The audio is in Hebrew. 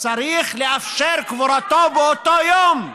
צריך לאפשר את קבורתו באותו יום.